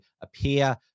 appear